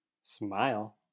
Smile